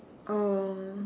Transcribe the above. oh